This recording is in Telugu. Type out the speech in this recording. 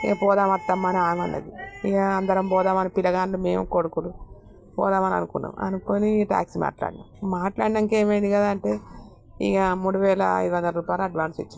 ఇక పోదామా అత్తమ్మ అని ఆమేన్నది ఇక అందరం పోదామని పిల్లగాళ్ళు మేము కొడుకులు పోదామని అనుకున్నాం అనుకుని ట్యాక్సీ మాట్లాడాం మాట్లాడాక ఏమైదిరా అంటే ఇంక మూడువేల ఐదు వందల రూపాయలు అడ్వాన్స్ ఇచ్చాము